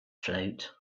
float